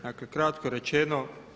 Dakle, kratko rečeno.